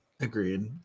Agreed